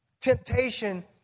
temptation